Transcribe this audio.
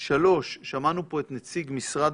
שלוש, שמענו פה את נציג משרד